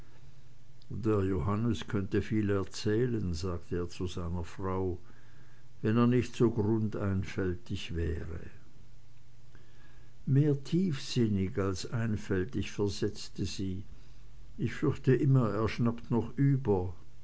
der johannes könnte viel erzählen sagte er zu seiner frau wenn er nicht so grundeinfältig wäre mehr tiefsinnig als einfältig versetzte sie ich fürchte immer er schnappt noch über